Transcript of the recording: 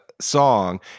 song